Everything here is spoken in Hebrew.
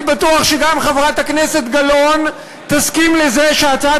אני בטוח שגם חברת הכנסת גלאון תסכים שהצעת